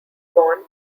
born